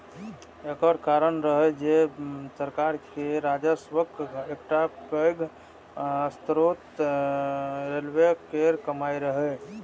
एकर कारण रहै जे सरकार के राजस्वक एकटा पैघ स्रोत रेलवे केर कमाइ रहै